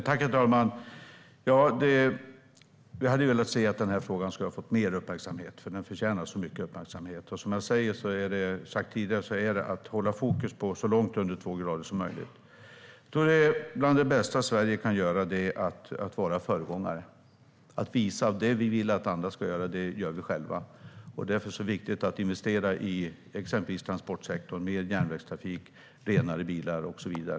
Herr talman! Jag hade velat att den här frågan skulle ha fått mer uppmärksamhet, för den förtjänar så mycket uppmärksamhet. Som jag har sagt tidigare måste vi ha fokus på att få det så långt under två grader som möjligt. Bland det bästa Sverige kan göra är att vara föregångare och visa att vi själva gör det vi vill att andra ska göra. Därför är det viktigt att investera i transportsektorn, mer järnvägstrafik, renare bilar och så vidare.